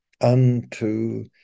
unto